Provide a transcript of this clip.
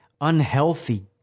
unhealthy